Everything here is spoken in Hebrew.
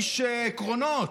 איש עקרונות.